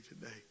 today